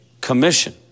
Commission